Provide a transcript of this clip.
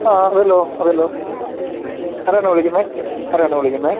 ആ അതേലോ അതേലോ ആരാണ് വിളിക്കുന്നത് ആരാണ് വിളിക്കുന്നത്